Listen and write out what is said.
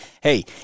hey